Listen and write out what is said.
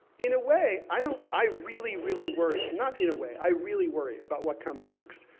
in a way, i don't, i really, really worry. not in a way, i really worry about what comes next.